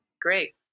great